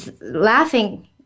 laughing